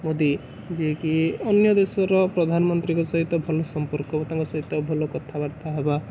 ମୋଦୀ ଯିଏ କି ଅନ୍ୟଦେଶର ପ୍ରଧାନମନ୍ତ୍ରୀଙ୍କ ସହିତ ଭଲ ସମ୍ପର୍କ ତାଙ୍କ ସହିତ ଭଲ କଥାବାର୍ତ୍ତା ହେବା